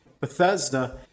Bethesda